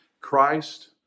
Christ